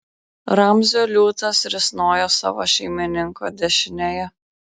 ramzio liūtas risnojo savo šeimininko dešinėje